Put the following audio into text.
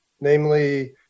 namely